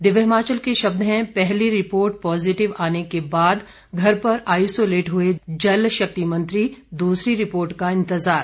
दिव्य हिमाचल के शब्द हैं पहली रिपोर्ट पॉजिटिव आर्न के बाद घर पर आइसोलेट हुए जलशक्ति मंत्री दूसरी रिपोर्ट का इंतजार